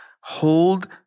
hold